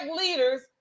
leaders